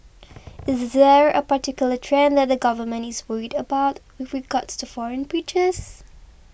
is there a particular trend that the Government is worried about with regards to foreign preachers